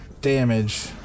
damage